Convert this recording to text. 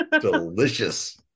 Delicious